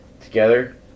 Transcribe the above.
together